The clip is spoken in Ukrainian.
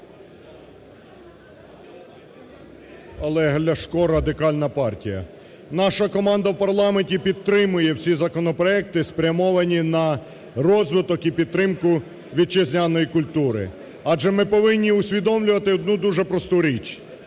Олег Ляшко, Радикальна партія. Наша команда в парламенті підтримує всі законопроекти, спрямовані на розвиток і підтримку вітчизняної культури. Адже, ми повинні усвідомлювати одну дуже просту річ,